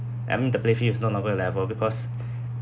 I mean the playfield is not noble level because